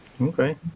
okay